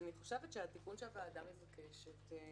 אני חושבת שהתיקון שהוועדה מבקשת,